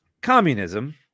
communism